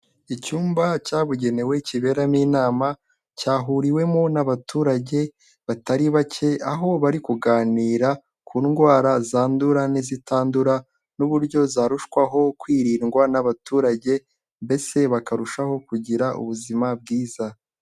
Icyumba cyabugenewe kiberamo inama cyahuriwemo n'abaturage batari bake, aho bari kuganira ku ndwara zandura n'izitandura n'uburyo zarushwaho kwirindwa n'abaturage, mbese bakarushaho kugira ubuzima bwiza.